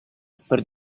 per